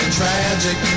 Tragic